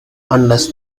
unless